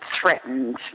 threatened